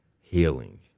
healing